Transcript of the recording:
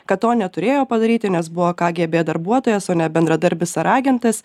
kad to neturėjo padaryti nes buvo kgb darbuotojas o ne bendradarbis ar agentas